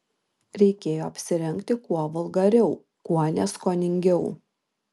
reikėjo apsirengti kuo vulgariau kuo neskoningiau